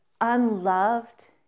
unloved